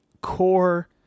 core